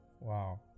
wow